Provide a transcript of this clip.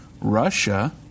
russia